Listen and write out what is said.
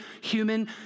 human